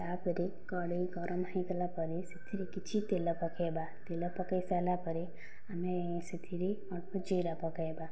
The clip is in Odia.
ତାପରେ କଢ଼େଇ ଗରମ ହୋଇଗଲା ପରେ ସେଥିରେ କିଛି ତେଲ ପକେଇବା ତେଲ ପକେଇ ସାରିଲା ପରେ ଆମେ ସେଥିରେ ଅଳ୍ପ ଜିରା ପକାଇବା